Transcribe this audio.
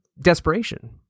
desperation